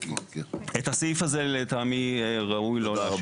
את הסעיף הזה לטעמי ראוי לא לאשר.